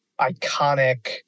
iconic